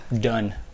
Done